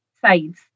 sides